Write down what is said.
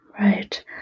Right